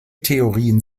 theorien